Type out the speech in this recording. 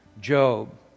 Job